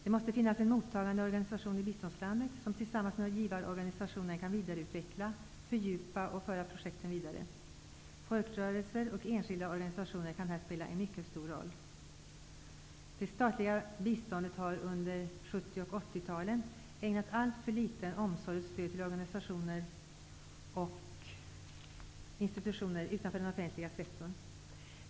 Det måste finnas en mottagande organisation i biståndslandet som tillsammans med givarorganisationer kan vidareutveckla, fördjupa och föra projekten vidare. Folkrörelser och enskilda organisationer kan här spela en mycket stor roll. Det statliga biståndet har under 1970 och 80-talen ägnat alltför liten omsorg och stöd till organisationer och institutioner utanför den offentliga sektorn.